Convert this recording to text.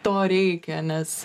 to reikia nes